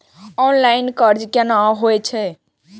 Online कर्ज केना होई छै?